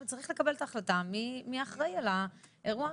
וצריך לקבל את ההחלטה מי אחראי על האירוע,